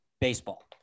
baseball